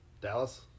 Dallas